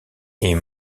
est